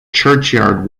churchyard